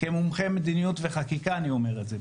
כמומחה מדיניות וחקיקה אני אומר את זה,